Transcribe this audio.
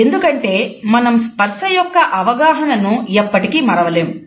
ఎందుకంటే మనం స్పర్శ యొక్క అవగాహనను ఎప్పటికీ మరువలేము